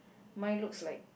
my looks like